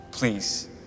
Please